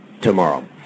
tomorrow